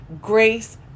Grace